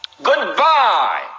Goodbye